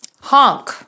Honk